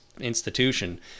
institution